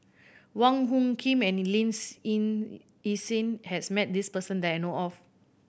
Wong Hung Khim and Lin Hsin Hsin has met this person that I know of